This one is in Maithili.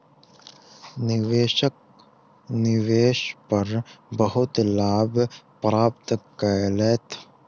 निवेशक निवेश पर बहुत लाभ प्राप्त केलैथ